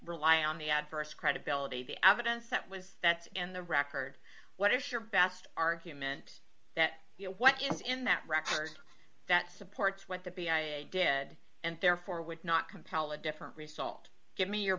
rely on the adverse credibility of the evidence that was that in the record what is your best argument that what is in that record that supports what they did and therefore would not compel a different result give me your